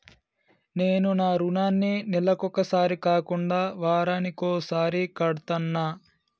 నేను నా రుణాన్ని నెలకొకసారి కాకుండా వారానికోసారి కడ్తన్నా